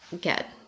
get